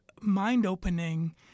mind-opening